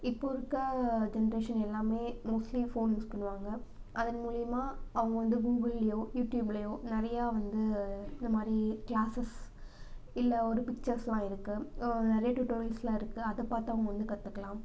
இப்போது இருக்க ஜென்ரேஷன் எல்லாம் மோஸ்ட்லி ஃபோன் யூஸ் பண்ணுவாங்க அதன் மூலியமாக அவங்க வந்து கூகுள்லேயோ யூடியூப்லேயோ நிறையா வந்து இந்தமாதிரி க்ளாஸஸ் இல்லை ஒரு பிக்சர்ஸ்லாம் இருக்கு நிறைய டுடோரியல்ஸ்லாம் இருக்கு அதை பார்த்து அவங்க வந்து கற்றுக்கலாம்